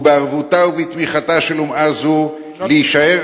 ובערבותה ובתמיכתה של אומה זו להישאר